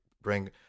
bring